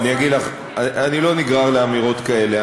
אני לא נגרר לאמירות כאלה.